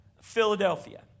Philadelphia